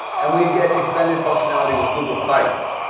and we get extended functionality with google sites.